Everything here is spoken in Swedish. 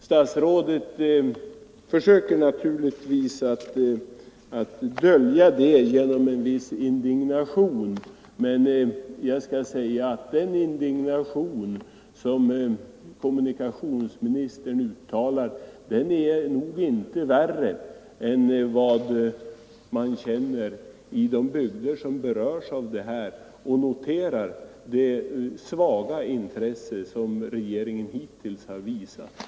Statsrådet försöker dölja det svaga intresset genom att visa indignation, men den indignationen är nog inte större än den man känner i de bygder som berörs och där man noterar vilket ringa intresse regeringen hittills har ägnat saken.